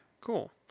cool